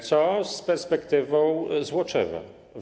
Co z perspektywą dla Złoczewa?